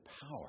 power